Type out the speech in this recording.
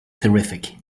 terrific